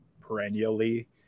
perennially